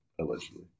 allegedly